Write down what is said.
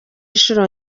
inshuro